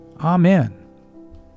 Amen